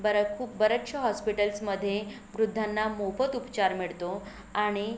बरं खूप बऱ्याचशा हॉस्पिटल्समध्ये वृद्धांना मोफत उपचार मिळतो आणि